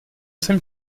jsem